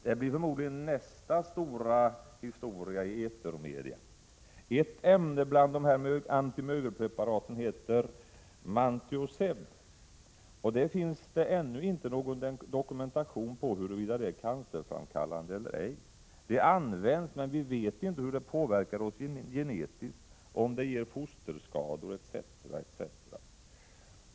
Det blir förstås nästa stora historia i etermedia. Ett ämne bland dessa antimögelpreparat heter mankoseb, och det finns ännu ingen dokumentation om huruvida det är cancerframkallande eller ej. Det används, men vi vet inte hur det påverkar oss genetiskt, om det ger fosterskador etc.